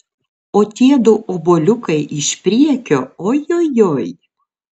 o tiedu obuoliukai iš priekio ojojoi